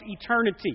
eternity